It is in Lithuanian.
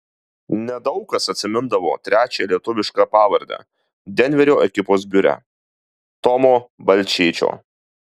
nedaug kas atsimindavo trečią lietuvišką pavardę denverio ekipos biure tomo balčėčio